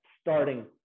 starting